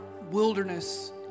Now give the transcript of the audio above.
wilderness